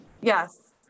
Yes